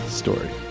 story